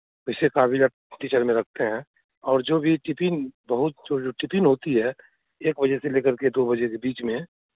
वैसे काबिल अब टीचर में रखते हैं और जो भी ये टिफिन बहुत जो जो टिफिन होती है एक बजे से लेकर के दो बजे के बीच में